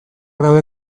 daude